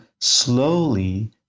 slowly